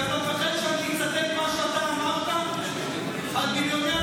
כי אתה פוחד שאני אצטט מה שאתה אמרת, אתה בקריאה